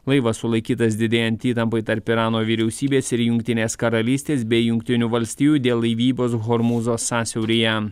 laivas sulaikytas didėjant įtampai tarp irano vyriausybės ir jungtinės karalystės bei jungtinių valstijų dėl laivybos hormūzo sąsiauryje